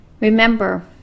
Remember